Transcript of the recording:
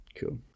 cool